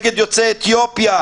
נגד יוצאי אתיופיה,